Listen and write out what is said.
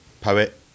poet